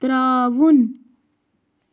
ترٛاوُن